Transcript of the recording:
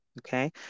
Okay